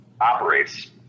operates